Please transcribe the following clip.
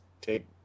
take